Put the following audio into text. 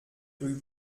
rue